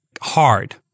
hard